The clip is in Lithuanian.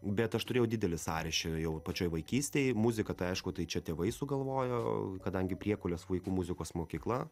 bet aš turėjau didelį sąryšį jau pačioj vaikystėj muzika tai aišku tai čia tėvai sugalvojo kadangi priekulės vaikų muzikos mokykla